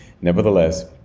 Nevertheless